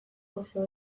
oso